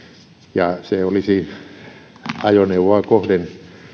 ja se olisi ajoneuvoa kohden